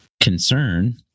concern